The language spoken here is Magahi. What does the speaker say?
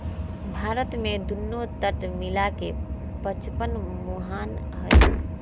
भारत में दुन्नो तट मिला के पचपन मुहान हई